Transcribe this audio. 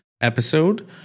episode